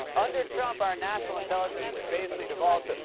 under trump, our national intelligence has basically devolved to,